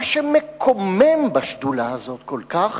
מה שמקומם בשדולה הזאת כל כך